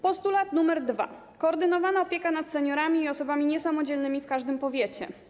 Postulat nr 2: koordynowana opieka nad seniorami i osobami niesamodzielnymi w każdym powiecie.